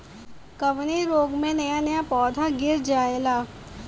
कवने रोग में नया नया पौधा गिर जयेला?